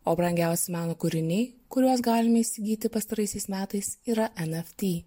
o brangiausi meno kūriniai kuriuos galime įsigyti pastaraisiais metais yra enefty